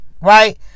right